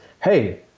hey